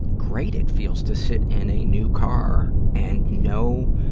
great it feels to sit in a new car and know